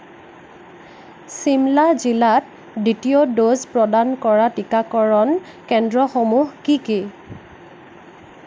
চিমলা জিলাত দ্বিতীয় ড'জ প্ৰদান কৰা টীকাকৰণ কেন্দ্ৰসমূহ কি কি